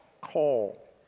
call